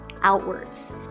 outwards